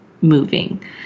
moving